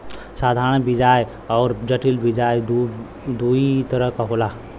साधारन बियाज अउर जटिल बियाज दूई तरह क होला